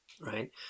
right